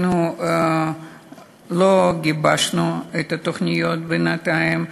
אנחנו לא גיבשנו את התוכניות בינתיים.